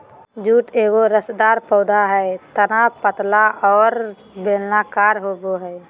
jute एगो रेशेदार पौधा हइ तना पतला और बेलनाकार होबो हइ